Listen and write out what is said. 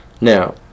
now